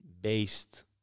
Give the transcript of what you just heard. based